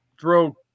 throw